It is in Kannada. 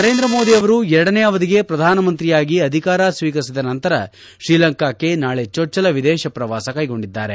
ನರೇಂದ್ರ ಮೋದಿ ಅವರು ಎರಡನೇ ಅವಧಿಗೆ ಪ್ರಧಾನಮಂತ್ರಿಯಾಗಿ ಅಧಿಕಾರ ಸ್ವೀಕರಿಸಿದ ನಂತರ ಶ್ರೀಲಂಕಾಕ್ಕೆ ನಾಳೆ ಚೊಚ್ಚಲ ವಿದೇಶ ಪ್ರವಾಸ ಕೈಗೊಂಡಿದ್ದಾರೆ